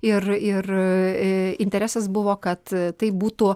ir ir i interesas buvo kad tai būtų